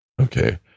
Okay